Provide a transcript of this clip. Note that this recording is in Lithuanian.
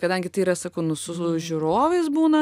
kadangi tai yra sakau nu su žiūrovais būna